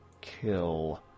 kill